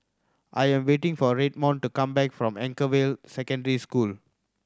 I am waiting for Redmond to come back from Anchorvale Secondary School